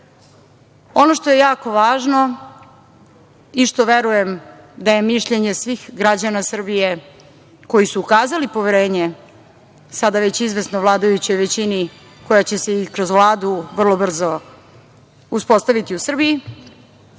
što je jako važno i što verujem da je mišljenje svih građana Srbije koji su ukazali poverenje sada već izvesno vladajućoj većini koja će se i kroz Vladu vrlo brzo uspostaviti u Srbiji,